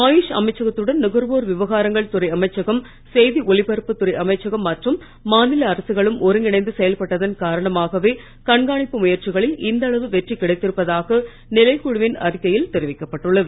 ஆயுஷ் அமைச்சகத்துடன் நுகர்வோர் விவகாரங்கள் துறை அமைச்சகம் செய்தி ஒலிப்பரப்பு அமைச்சகம் மற்றும் மாநில ஒருங்கிணைந்து செயல்பட்டதன் காரணமாகவே கண்காணிப்பு அரசுகளும் முயற்சிகளில் இந்த அளவு வெற்றி கிடைத்திருப்பதாக நிலைக்குழுவின் அறிக்கையில் தெரிவிக்கப்பட்டுள்ளது